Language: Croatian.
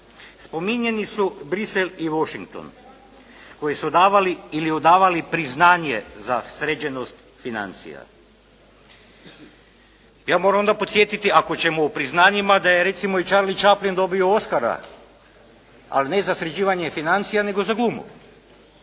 Spominjeni su Bruxelles i Washington, koji su davali ili odavali priznanje za sređenost financija. Ja moram onda podsjetiti ako ćemo u priznanjima da je recimo i Charli Chaplin dobio Oskara ali ne za sređivanje financija nego za glumu.